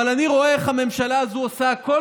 אבל אני רואה איך הממשלה הזו עושה הכול